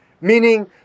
Meaning